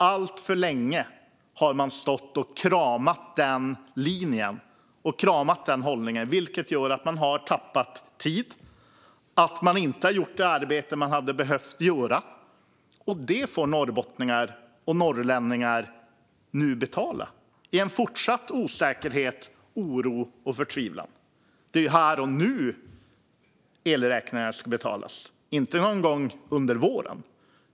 Alltför länge har man kramat den linjen och hållningen, vilket gör att man har tappat tid och inte gjort det arbete man hade behövt göra. Det får norrbottningar och norrlänningar nu betala för med fortsatt osäkerhet, oro och förtvivlan. Det är här och nu elräkningarna ska betalas, inte någon gång under våren.